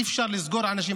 אי-אפשר לסגור אנשים.